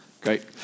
Great